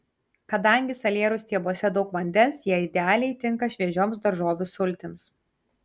kadangi salierų stiebuose daug vandens jie idealiai tinka šviežioms daržovių sultims